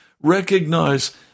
Recognize